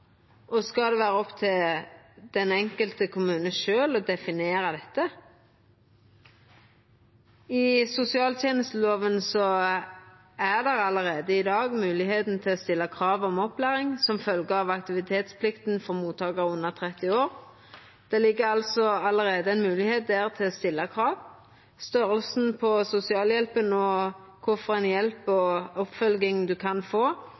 Skal det vera opp til den enkelte kommunen sjølv å definera det? I sosialtenestelova er det allereie i dag moglegheit til å stilla krav om opplæring som følgje av aktivitetsplikta for mottakarar under 30 år. Det ligg altså allereie ei moglegheit der til å stilla krav. Storleiken på sosialhjelpa og kva hjelp og oppfølging ein kan få,